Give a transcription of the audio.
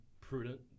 prudent